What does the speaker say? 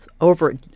over